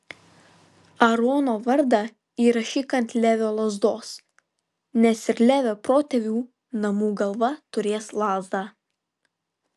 aarono vardą įrašyk ant levio lazdos nes ir levio protėvių namų galva turės lazdą